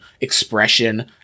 expression